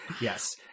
Yes